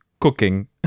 cooking